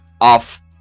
off